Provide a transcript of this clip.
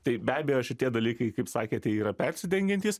tai be abejo šitie dalykai kaip sakėte yra persidengiantys